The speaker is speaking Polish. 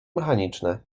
mechaniczne